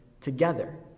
together